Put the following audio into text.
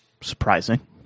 Surprising